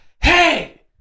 hey